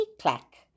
clack